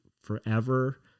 forever